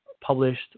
published